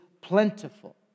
plentiful